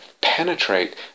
penetrate